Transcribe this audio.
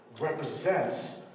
represents